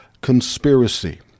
conspiracy